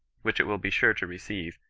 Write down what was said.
which it will be sure to receive,